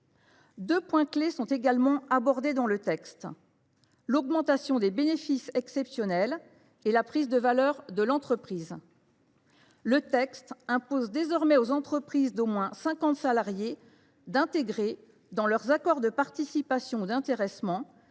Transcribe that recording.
Deux points clés sont également abordés dans le texte : l’augmentation des bénéfices exceptionnels et la prise de valeur de l’entreprise. Le projet de loi impose désormais aux entreprises d’au moins 50 salariés d’intégrer dans leurs accords de participation ou d’intéressement